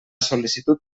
sol·licitud